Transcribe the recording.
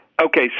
Okay